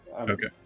okay